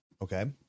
okay